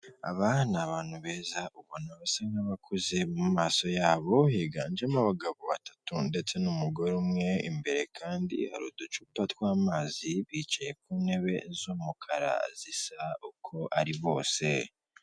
Aba ni abantu beza ubona basa nk'abakuze mu maso yabo higanjemo abagabo batatu ndetse n'umugore umwe, imbere kandi hari uducupa tw'amazi bicaye ku ntebe z'umukara zisa uko ari bose.